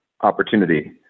opportunity